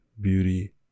beauty